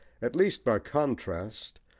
at least by contrast,